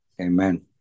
Amen